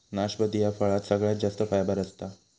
नाशपती ह्या फळात सगळ्यात जास्त फायबर असता